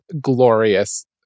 Glorious